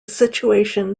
situation